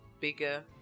bigger